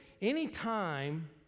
anytime